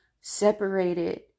separated